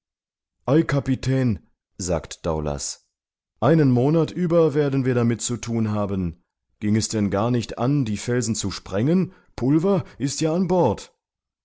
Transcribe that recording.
ei kapitän sagt daoulas einen monat über werden wir damit zu thun haben ging es denn gar nicht an die felsen zu sprengen pulver ist ja an bord